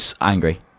angry